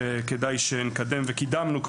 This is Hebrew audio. שכדאי שנקדם וקידמנו,